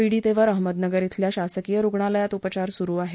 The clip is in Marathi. पिडीतेवर अहमदनगर शिल्या शासकीय रुग्णालयात उपयार सुरु आहेत